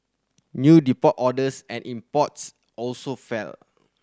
new deport orders and imports also fell